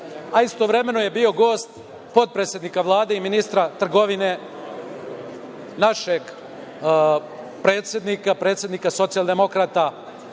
a istovremeno je bio gost potpredsednika Vlade i ministra trgovine, našeg predsednika, predsednika socijaldemokrata